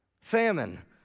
Famine